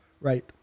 Right